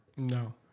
No